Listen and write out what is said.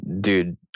Dude